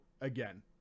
again